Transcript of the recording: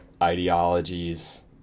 ideologies